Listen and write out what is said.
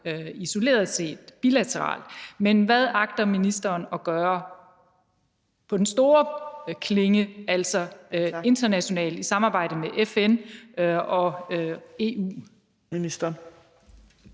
isoleret set, bilateralt, men hvad agter ministeren at gøre på den store klinge, altså internationalt i samarbejde med FN og EU?